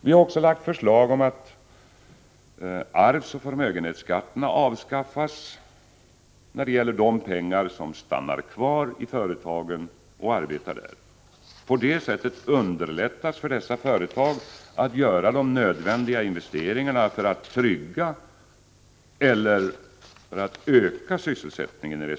Vi har också lagt fram förslag om att arvsoch förmögenhetsskatterna avskaffas när det gäller de pengar som stannar kvar i företagen och arbetar där. På det sättet underlättar man för dessa företag att göra de nödvändiga investeringarna för att trygga eller för att öka sysselsättningen.